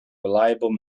reliable